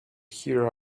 here